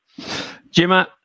Jimma